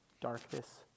darkness